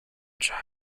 child